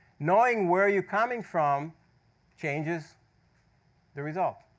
knowing where you're coming from changes the result.